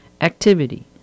Activity